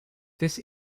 this